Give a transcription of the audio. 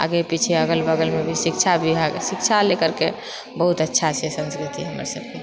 आगे पीछे अगल बगलमे भी शिक्षा विभाग शिक्षा लेकरके बहुत अच्छाछे संस्कृति हमरसबके